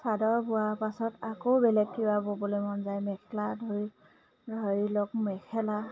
চাদৰ বোৱাৰ পাছত আকৌ বেলেগ কিবা ব'বলৈ মন যায় মেখেলা ধৰি ধৰি লওক মেখেলা